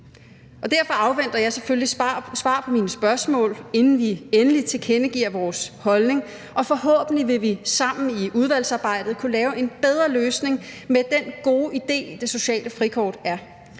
Derfor afventer jeg selvfølgelig svar på mit spørgsmål, inden vi endeligt tilkendegiver vores holdning, og forhåbentlig vil vi sammen i udvalgsarbejdet kunne lave en bedre løsning med den gode idé, det sociale frikort er